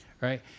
right